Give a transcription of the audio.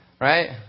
right